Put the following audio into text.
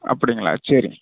அப்படிங்களா சரி